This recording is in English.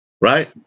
right